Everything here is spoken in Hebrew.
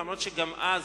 אף שגם אז